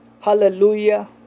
Hallelujah